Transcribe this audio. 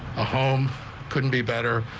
a home couldn't be better.